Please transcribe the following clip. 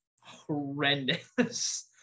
horrendous